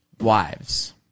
wives